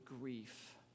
grief